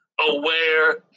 aware